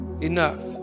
enough